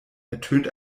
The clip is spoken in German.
ertönt